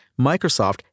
Microsoft